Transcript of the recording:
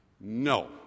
No